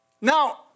Now